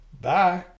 Bye